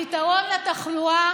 הפתרון לתחלואה